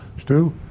Stu